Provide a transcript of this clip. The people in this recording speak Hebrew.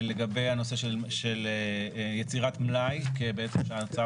לגבי הנושא של יצירת מלאי כי בעצם ההצעה